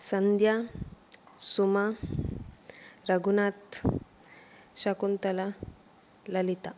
Sandhya Suma Raghunath Shakuntala Lalitha